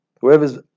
Whoever's